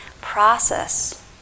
process